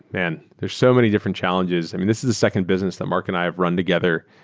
man, there are so many different challenges. i mean, this is the second business the marc and i have run together.